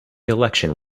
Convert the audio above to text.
election